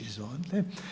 Izvolite.